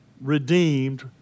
redeemed